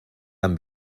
han